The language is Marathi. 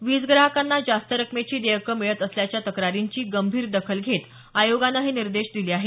वीज ग्राहकांना जास्त रकमेची देयकं मिळत असल्याच्या तक्रारींची गंभीर दखल घेत आयोगानं हे निर्देश दिले आहेत